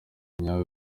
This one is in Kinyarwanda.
nyawe